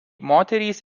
moterys